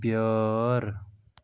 بیٲر